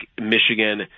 Michigan